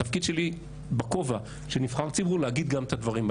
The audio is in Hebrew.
התפקיד שלי בכובע של נבחר ציבור להגיד גם את הדברים.